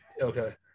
Okay